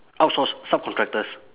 outsource subcontractors